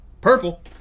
Purple